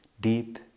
deep